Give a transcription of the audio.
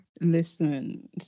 listen